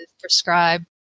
prescribe